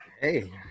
Hey